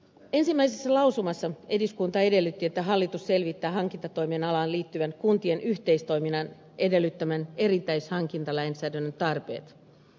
ensimmäisessä lausumassa eduskunta edellytti että hallitus selvittää hankintatoimen alaan liittyvän kuntien yhteistoiminnan edellyttämän erityislainsäädännön tarpeet